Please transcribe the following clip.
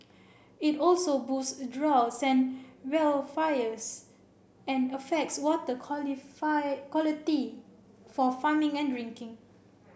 it also boosts droughts and wildfires and affects water quality for farming and drinking